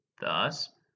Thus